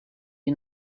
you